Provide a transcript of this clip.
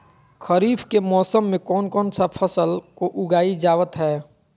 खरीफ के मौसम में कौन कौन सा फसल को उगाई जावत हैं?